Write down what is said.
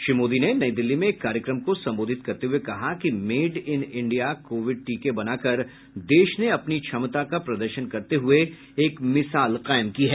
श्री मोदी ने नई दिल्ली में एक कार्यक्रम को संबोधित करते हुए कहा कि मेड इन इंडिया कोविड टीके बनाकर देश ने अपनी क्षमता का प्रदर्शन करत हुए एक मिसाल कायम की है